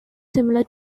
similar